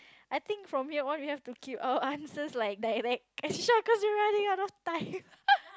I think from here all we have to keep our answers like direct and short cause we're running out of time